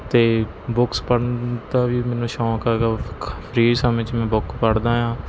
ਅਤੇ ਬੁੱਕਸ ਪੜ੍ਹਨ ਦਾ ਵੀ ਮੈਨੂੰ ਸ਼ੌਂਕ ਹੈਗਾ ਫ੍ਰੀ ਸਮੇਂ 'ਚ ਮੈਂ ਬੁੱਕ ਪੜ੍ਹਦਾ ਹਾਂ